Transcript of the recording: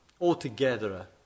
altogether